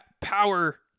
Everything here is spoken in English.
power